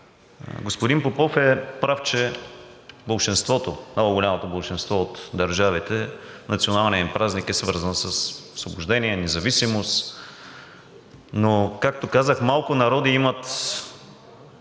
Господин Попов е прав, че болшинството, на много голямото болшинство от държавите националният им празник е свързан с освобождение, независимост. Но както казах, малко народи имат